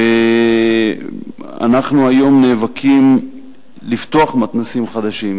אנחנו היום נאבקים לפתוח מתנ"סים חדשים,